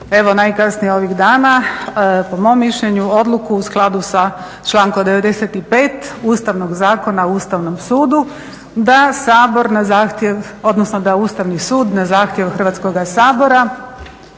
evo najkasnije ovih dana po mom mišljenju odluku u skladu sa člankom 95. Ustavnog zakona o Ustavnom sudu da Sabor na zahtjev, odnosno